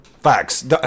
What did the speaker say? Facts